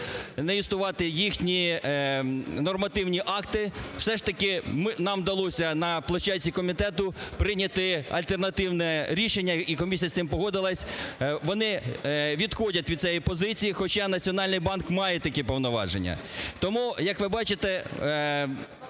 не юстувати їхні нормативні акти. Все ж таки нам вдалося на площадці комітету прийняти альтернативне рішення і комісія з тим погодилась. Вони відходять від цієї позиція, хоча Національний банк має такі повноваження.